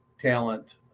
talent